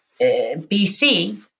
BC